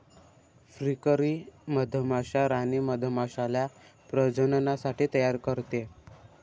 फ्रीकरी मधमाश्या राणी मधमाश्याला प्रजननासाठी तयार करते